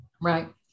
Right